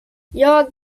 jag